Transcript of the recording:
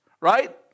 right